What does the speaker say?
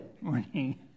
morning